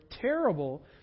terrible